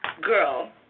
girl